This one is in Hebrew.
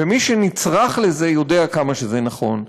ומי שנצרך לזה יודע כמה זה נכון.